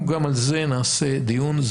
גם על זה אנחנו נעשה דיון,